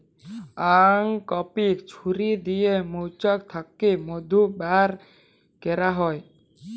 uncapping ছুরি দিয়ে মোচাক থ্যাকে মধু ব্যার ক্যারা হয়